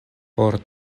por